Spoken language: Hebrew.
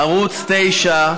ערוץ 9,